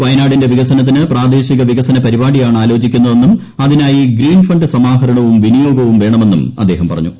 വയനാടിന്റെ വികസനത്തിന് പ്രാദേശിക വികസന പരിപാടിയാണ് ആലോചിക്കുന്നതെന്നും അതിനായി ഗ്രീൻ ഫണ്ട് സമാഹരണവും വിനിയോഗവും വേണമെന്നും അദ്ദേഹം പറഞ്ഞു